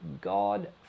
God